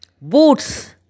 boots